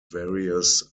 various